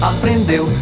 Aprendeu